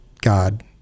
God